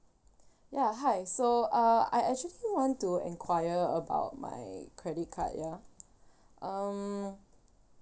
ya hi so uh I actually want to enquire about my credit card ya um